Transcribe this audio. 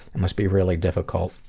and must be really difficult.